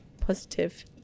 positive